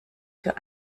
für